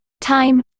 Time